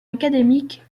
académique